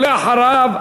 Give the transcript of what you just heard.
ואחריו,